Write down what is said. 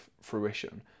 fruition